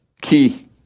Key